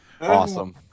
Awesome